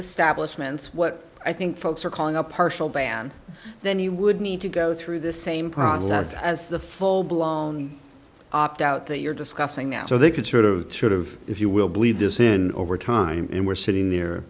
the stablish ment's what i think folks are calling a partial ban then you would need to go through the same process as the full blown opt out that you're discussing now so they could sort of sort of if you will believe this in over time and we're sitting near